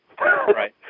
Right